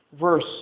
verse